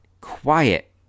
quiet